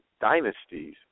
dynasties